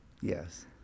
Yes